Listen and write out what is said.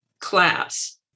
class